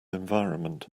environment